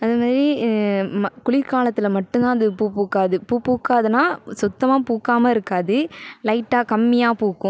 அதை மாதிரி ம குளிர்காலத்தில் மட்டும்தான் அது பூ பூக்காது பூ பூக்காதுன்னால் சுத்தமாக பூக்காமல் இருக்காது லைட்டாக கம்மியாக பூக்கும்